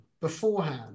beforehand